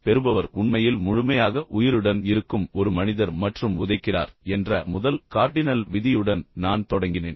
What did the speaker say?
உதாரணமாக பெறுபவர் உண்மையில் முழுமையாக உயிருடன் இருக்கும் ஒரு மனிதர் மற்றும் உதைக்கிறார் என்ற முதல் கார்டினல் விதியுடன் நான் தொடங்கினேன்